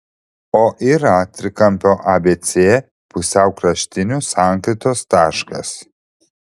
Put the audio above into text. o yra trikampio abc pusiaukraštinių sankirtos taškas